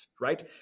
right